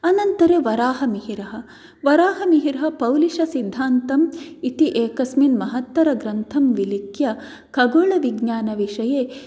अनन्तरं वराहमिहिरः वराहमिहिरः पौलषसिद्धान्तं इति एकस्मिन् महत्तरग्रन्थं विलिख्य खगोलविज्ञानविषये